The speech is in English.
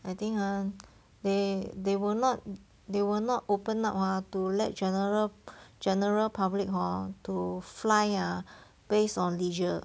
I think ah they they will not they will not open up ah to let general general public hor to fly ah based on leisure